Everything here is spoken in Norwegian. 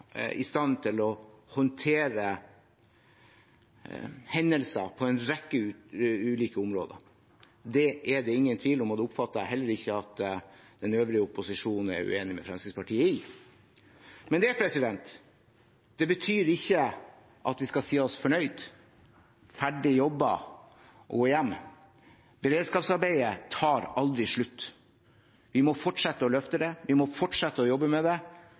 i stand til å håndtere hendelser på en rekke ulike områder. Det er det ingen tvil om, og det oppfatter jeg heller ikke at den øvrige opposisjon er uenig med Fremskrittspartiet i. Men det betyr ikke at vi skal si oss fornøyd, ferdig jobbet og gå hjem. Beredskapsarbeidet tar aldri slutt. Vi må fortsette å løfte det, vi må fortsette å jobbe med det,